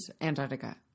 Antarctica